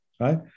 right